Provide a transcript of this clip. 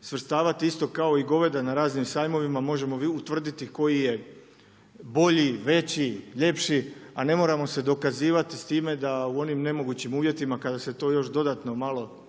svrstavati isto kao i goveda na raznim sajmovima, možemo utvrditi koji je bolji, veći, ljepši, a ne moramo se dokazivati s time da u nemogućim uvjetima kada se to još dodatno malo